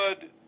good